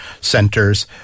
centers